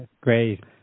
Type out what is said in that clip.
Great